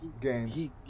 games